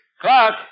Clark